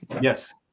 Yes